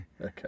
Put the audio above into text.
Okay